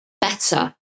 better